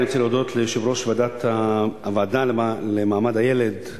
אני רוצה להודות ליושב-ראש הוועדה למעמד הילד,